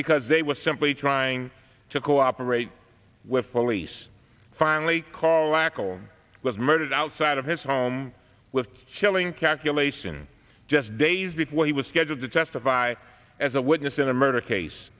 because they were simply trying to cooperate with police finally call akhil was murdered outside of his home with a chilling calculation just days before he was scheduled to testify as a witness in a murder case